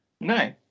No